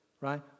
Right